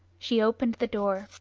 she opened the door,